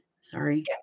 Sorry